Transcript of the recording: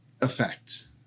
effect